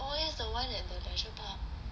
oh that's the one at park